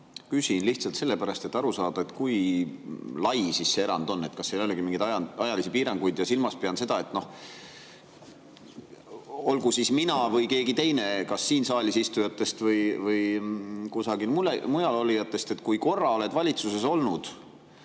küsin lihtsalt sellepärast, et aru saada, kui lai siis see erand on, kas seal ei olegi mingeid ajalisi piiranguid. Silmas pean seda, et kui mina või keegi teine kas siin saalis istujatest või kusagil mujal olijatest oleme korra valitsuses olnud